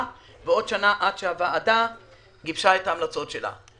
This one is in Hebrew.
ועוד שנה עד שהוועדה גיבשה את ההמלצות שלה.